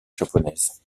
japonaises